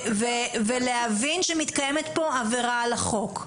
ולהבין שמתקיימת פה עבירה על החוק.